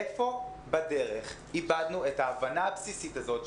איפה בדרך איבדנו את ההבנה הבסיסית הזאת,